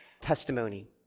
testimony